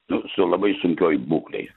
nu su labai sunkioj būklėj